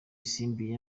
isimbi